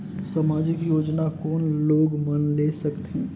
समाजिक योजना कोन लोग मन ले सकथे?